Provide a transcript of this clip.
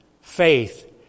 faith